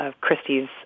Christie's